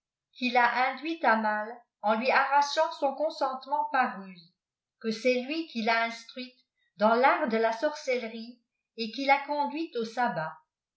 qui fa induite mal en lui arrachant son consentement par ruse que c'est iiti qui l'a iilraite dans l'art de la sorcellerie et qui l'a conduite au sabbat